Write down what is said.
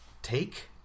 Take